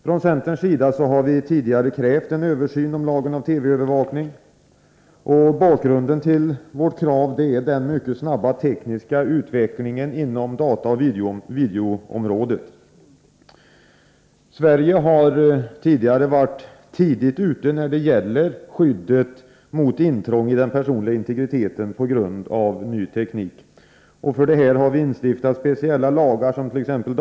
Från centerns sida har vi tidigare krävt en översyn av lagen om TV övervakning. Bakgrunden till vårt krav är den mycket snabba utvecklingen inom dataoch videotekniken. Sverige har varit tidigt ute när det gäller skyddet mot intrång i den personliga integriteten på grund av ny teknik. För detta har vi stiftat speciella lagar —t.ex.